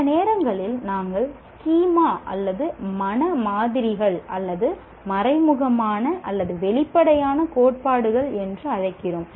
சில நேரங்களில் நாங்கள் ஸ்கீமா அல்லது மன மாதிரிகள் அல்லது மறைமுகமான அல்லது வெளிப்படையான கோட்பாடுகள் என்று அழைக்கிறோம்